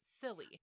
silly